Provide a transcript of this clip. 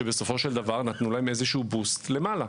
שבסופו של דבר נתנו להם איזשהו בוסט למעלה.